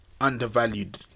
undervalued